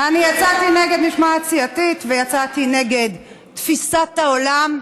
אני יצאתי נגד משמעת סיעתית ויצאתי נגד תפיסת העולם,